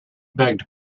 begged